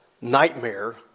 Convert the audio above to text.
nightmare